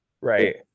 right